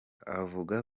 avuga